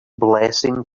blessing